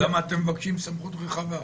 אז למה אתם מבקשים סמכות רחבה?